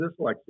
dyslexia